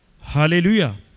Hallelujah